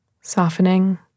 Softening